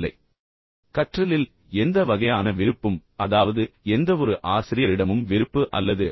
உண்மையில் கற்றலில் எந்த வகையான வெறுப்பும் அதாவது எந்தவொரு ஆசிரியரிடமும் வெறுப்பு அல்லது